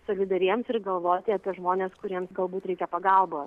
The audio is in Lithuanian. solidariems ir galvoti apie žmones kuriems galbūt reikia pagalbos